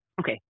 Okay